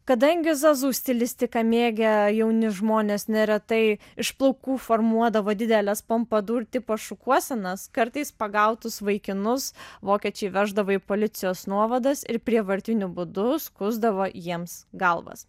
kadangi zazu stilistiką mėgę jauni žmonės neretai iš plaukų formuodavo dideles pompadur tipo šukuosenas kartais pagautus vaikinus vokiečiai veždavo į policijos nuovadas ir prievartiniu būdu skusdavo jiems galvas